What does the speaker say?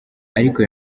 ariko